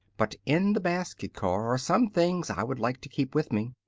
but in the basket-car are some things i would like to keep with me.